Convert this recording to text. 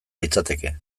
litzateke